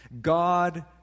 God